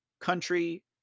country